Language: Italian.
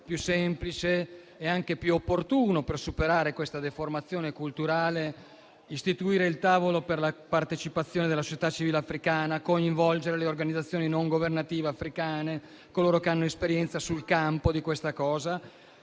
più semplice e anche più opportuno, per superare questa deformazione culturale, istituire un tavolo per la partecipazione della società civile africana, coinvolgere le organizzazioni non governative africane, coloro che hanno esperienza sul campo in questo